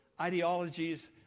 Ideologies